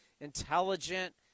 intelligent